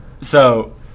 So-